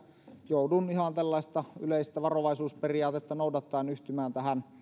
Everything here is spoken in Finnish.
joudun ihan tällaista yleistä varovaisuusperiaatetta noudattaen yhtymään tähän